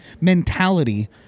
mentality